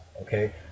okay